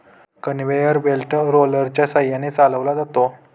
conveyor belt रोलरच्या सहाय्याने चालवला जातो